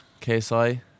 KSI